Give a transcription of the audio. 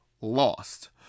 lost